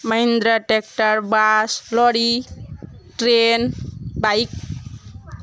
Mahindra tractor bus lorry train bike